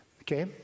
okay